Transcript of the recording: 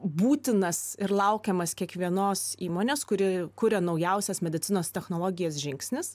būtinas ir laukiamas kiekvienos įmonės kuri kuria naujausias medicinos technologijas žingsnis